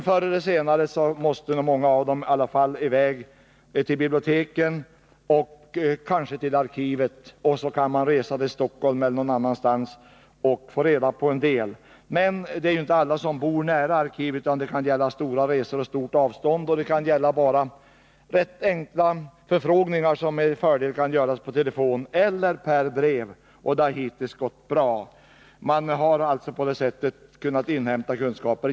Förr eller senare måste i alla fall många i väg till biblioteket och kanske till arkivet. De måste resa till Stockholm eller grannstaden för att få reda på saker och ting. Men alla bor inte nära ett arkiv, utan det kan bli fråga om långa resor. Det kan också gälla enkla förfrågningar som med fördel kan göras per telefon eller per brev. Det har hittills gått bra. Man har alltså på det sättet kunnat inhämta kunskaper.